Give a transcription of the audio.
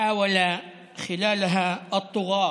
חבר הכנסת אחמד טיבי,